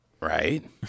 right